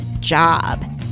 job